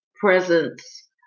presence